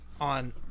on